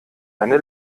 eine